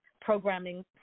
programming